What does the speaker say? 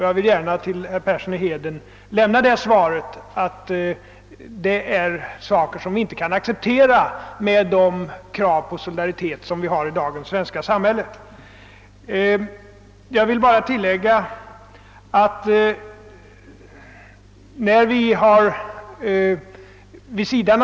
Jag vill gärna säga till herr Persson i Heden att med de krav på solidaritet som ställs i dagens svenska samhälle kan vi inte acceptera sådana förhållanden.